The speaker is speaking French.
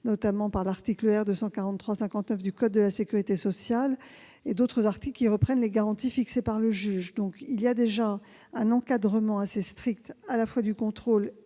notamment par l'article R. 243-59 du code de la sécurité sociale et par d'autres articles qui reprennent les garanties fixées par le juge. Il existe donc un encadrement assez strict du contrôle